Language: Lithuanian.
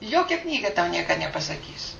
jokia knyga tau nieko nepasakys